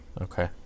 Okay